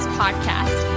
podcast